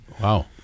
Wow